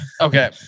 Okay